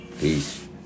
Peace